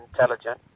intelligent